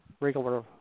regular